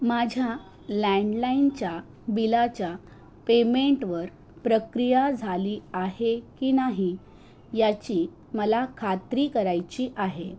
माझ्या लँडलाइनच्या बिलाच्या पेमेंटवर प्रक्रिया झाली आहे की नाही याची मला खात्री करायची आहे